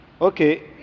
Okay